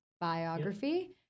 biography